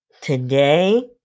today